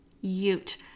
ute